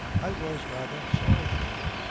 i was rather sorry for him.